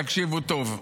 תקשיבו טוב.